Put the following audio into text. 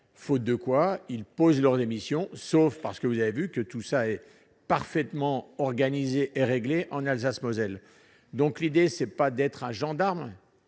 faute de quoi ils posent leurs les missions sauf parce que vous avez vu que tout ça est parfaitement organisé et régler en Alsace-Moselle, donc l'idée c'est pas d'être un gendarme,